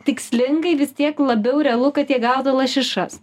tikslingai vis tiek labiau realu kad jie gaudo lašišas